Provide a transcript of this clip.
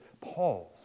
Paul's